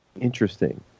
Interesting